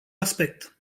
aspect